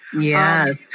Yes